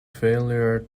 failure